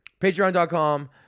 Patreon.com